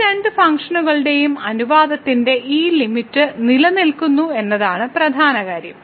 ഈ രണ്ട് ഫംഗ്ഷനുകളുടെയും അനുപാതത്തിന്റെ ഈ ലിമിറ്റ് നിലനിൽക്കുന്നു എന്നതാണ് പ്രധാന കാര്യം